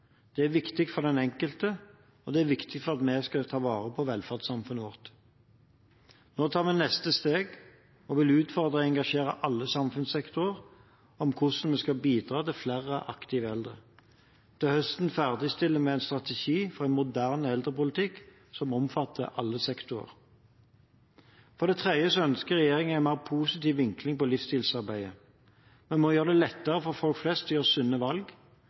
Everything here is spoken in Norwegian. Det er viktig for den enkelte, og det er viktig for at vi skal kunne ta vare på velferdssamfunnet vårt. Nå tar vi neste steg og vil utfordre og engasjere alle samfunnssektorer på hvordan de kan bidra til flere aktive eldre. Til høsten ferdigstiller vi en strategi for en moderne eldrepolitikk som omfatter alle sektorer. For det tredje ønsker regjeringen en mer positiv vinkling på livsstilarbeidet. Vi må gjøre det lettere for folk flest å gjøre sunne valg.